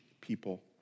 people